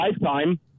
lifetime